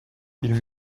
ils